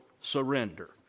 surrender